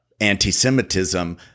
anti-semitism